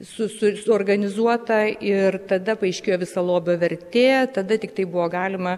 suorganizuota ir tada paaiškėjo visa lobio vertė tada tiktai buvo galima